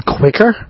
quicker